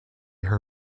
her